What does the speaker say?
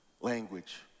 language